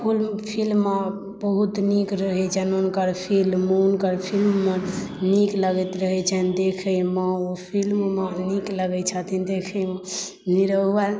कोनो फिल्म मे बहुत नीक रहै छनि हुनकर फिल्म हुनकर फिल्म मे नीक लगैत रहै छनि देखैमे ओ फिल्म मे नीक लगै छथिन देखैमे निरहुआ